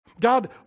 God